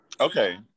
okay